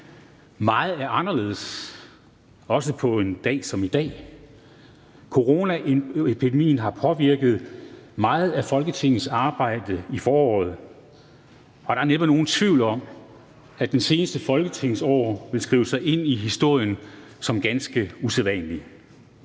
Meget er anderledes, også på en dag som i dag. Coronaepidemien har påvirket meget af Folketingets arbejde i foråret, og der er næppe nogen tvivl om, at det seneste folketingsår vil skrive sig ind i historien som ganske usædvanligt.